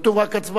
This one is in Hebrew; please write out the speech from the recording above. כתוב רק הצבעה.